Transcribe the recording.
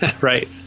Right